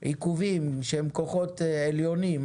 עיכובים שהם כוחות עליונים,